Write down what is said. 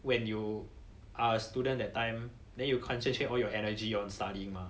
when you are a student that time then you concentrate all your energy on studying mah